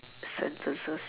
sentences